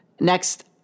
Next